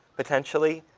potentially.